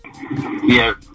Yes